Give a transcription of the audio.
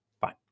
fine